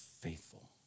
faithful